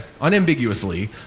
unambiguously